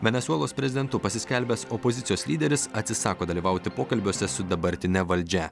venesuelos prezidentu pasiskelbęs opozicijos lyderis atsisako dalyvauti pokalbiuose su dabartine valdžia